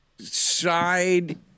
side